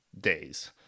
days